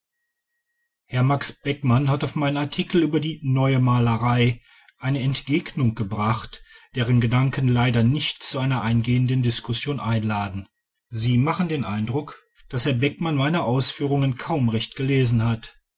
beckmann hat auf meinen artikel über die neue malerei eine entgegnung gebracht deren gedanken leider nicht zu einer eingehenden diskussion einladen sie machen den eindruck daß herr beckmann meine ausführungen kaum recht gelesen hat